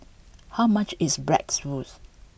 how much is Bratwurst